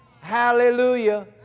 Hallelujah